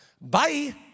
Bye